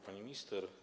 Pani Minister!